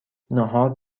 نهار